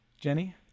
Jenny